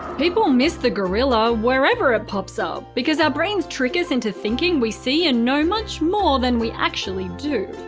people miss the gorilla wherever it pops up because our brains trick us into thinking we see and know much more than we actually do.